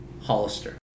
Hollister